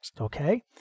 Okay